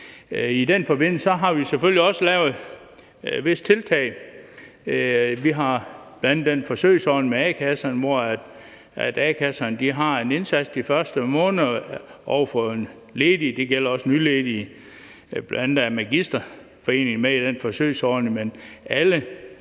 I den forbindelse har vi selvfølgelig også lavet visse tiltag. Vi har bl.a. en forsøgsordning med a-kasserne, hvor a-kasserne laver en indsats over for ledige de første måneder, og det gælder også nyledige. Bl.a. er Magistrenes A-kasse med i den forsøgsordning, men alle